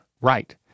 Right